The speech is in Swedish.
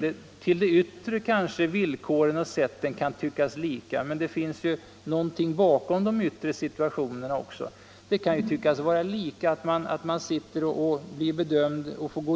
Sättet och de yttre villkoren kan tyckas vara lika, men det finns ju något bakom de yttre situationerna också. Det kan förefalla vara lika villkor att man får